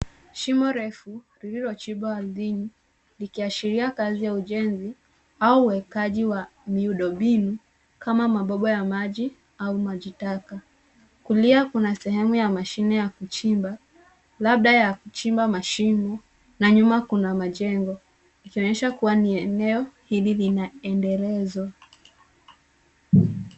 Shimo refu, lililochimbwa ardhini, likiashiria kazi ya ujenzi, au uwekaji wa miundo mbinu, kama mabomba ya maji, au maji taka. Kulia kuna sehemu ya mashine ya kuchimba, labda ya kuchimba mashimo, na nyuma kuna majengo, ikionyesha kuwa ni eneo hili linaendelezwa.